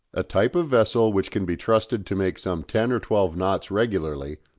a type of vessel which can be trusted to make some ten or twelve knots regularly,